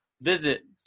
visit